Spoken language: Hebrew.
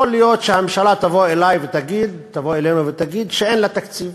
יכול להיות שהממשלה תבוא אלינו ותגיד שאין לה תקציב